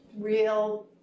real